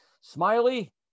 Smiley